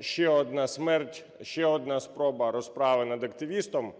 ще одна смерть, ще одна спроба розправи над активістом.